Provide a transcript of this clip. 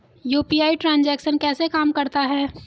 UPI transaction कैसे काम करता है?